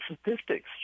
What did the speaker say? statistics